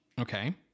Okay